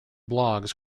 blogs